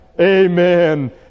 Amen